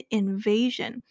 invasion